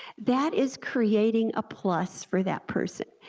that is creating a plus for that person.